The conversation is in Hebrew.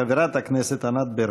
חברת הכנסת ענת ברקו.